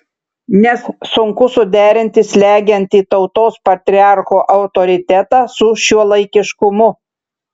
nes sunku suderinti slegiantį tautos patriarcho autoritetą su šiuolaikiškumu